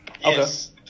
Yes